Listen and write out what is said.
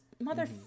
mother